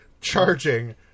charging